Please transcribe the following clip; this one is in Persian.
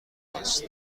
هست